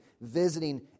visiting